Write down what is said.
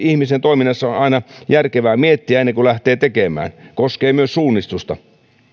ihmisen toiminnassa on aina järkevää miettiä ennen kuin lähtee tekemään koskee myös suunnistusta